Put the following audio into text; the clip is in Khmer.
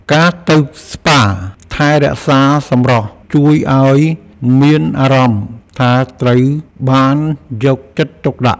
ការទៅស្ប៉ាថែរក្សាសម្រស់ ជួយឱ្យមានអារម្មណ៍ថាត្រូវបានយកចិត្តទុកដាក់។